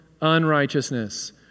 unrighteousness